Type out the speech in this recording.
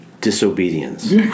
disobedience